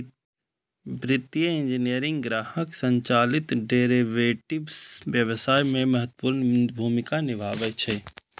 वित्तीय इंजीनियरिंग ग्राहक संचालित डेरेवेटिव्स व्यवसाय मे महत्वपूर्ण भूमिका निभाबै छै